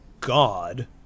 God